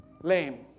lame